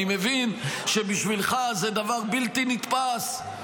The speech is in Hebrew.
אני מבין שבשבילך זה דבר בלתי נתפס.